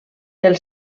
del